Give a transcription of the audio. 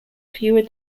fewer